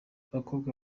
abakobwa